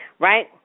Right